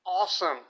awesome